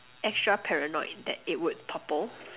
extra paranoid that it would topple